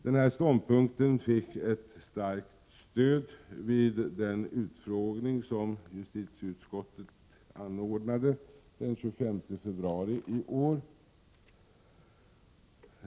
Den ståndpunkten fick ett starkt stöd vid den utfrågning som justitieutskottet anordnade den 25 februari i år.